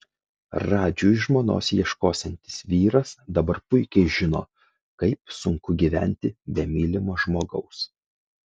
radžiui žmonos ieškosiantis vyras dabar puikiai žino kaip sunku gyventi be mylimo žmogaus